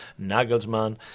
Nagelsmann